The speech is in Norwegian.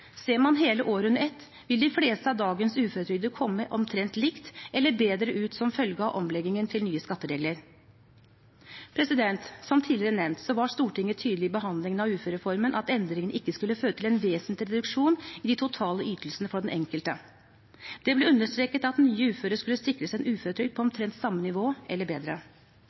Ser man hele året under ett, vil de fleste av dagens uføretrygdede komme omtrent likt eller bedre ut som følge av omleggingen til nye skatteregler. Som tidligere nevnt var Stortinget tydelig i behandlingen av uførereformen på at endring ikke skulle føre til en vesentlig reduksjon i de totale ytelsene for den enkelte. Det ble understreket at nye uføre skulle sikres en uføretrygd på omtrent samme nivå eller bedre.